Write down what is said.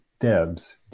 Debs